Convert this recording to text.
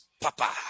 papa